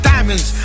Diamonds